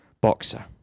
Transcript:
Boxer